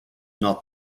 not